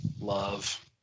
love